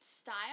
style